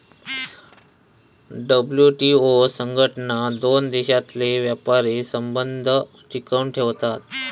WTO संघटना दोन देशांतले व्यापारी संबंध टिकवन ठेवता